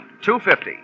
two-fifty